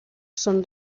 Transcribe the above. son